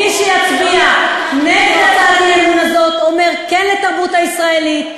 מי שיצביע נגד הצעת האי-אמון הזאת אומר: כן לתרבות הישראלית,